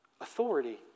authority